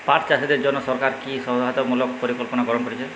পাট চাষীদের জন্য সরকার কি কি সহায়তামূলক পরিকল্পনা গ্রহণ করেছে?